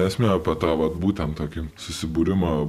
esmė po ta vat būtent tokių susibūrimo